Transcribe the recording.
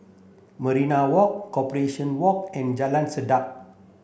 Maria Walk Corporation Walk and Jalan Sedap